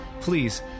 Please